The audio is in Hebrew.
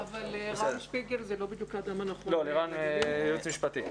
לירן שפיגל הוא מהייעוץ המשפטי.